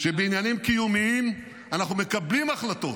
שבעניינים קיומיים אנחנו מקבלים החלטות,